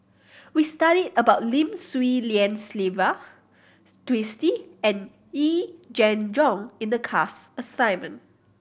we studied about Lim Swee Lian Sylvia Twisstii and Yee Jenn Jong in the class assignment